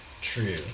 true